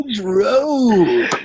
Road